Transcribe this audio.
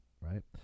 right